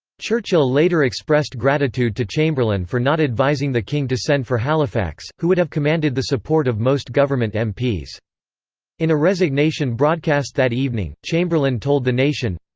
churchill later expressed gratitude to chamberlain for not advising the king to send for halifax, who would have commanded the support of most government and mps. in a resignation broadcast that evening, chamberlain told the nation,